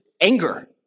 anger